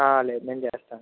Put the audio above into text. లేదు నేను చేస్తాను